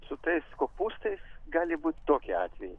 su tais kopūstais gali būti tokie atvejai